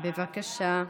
בבקשה.